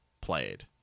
played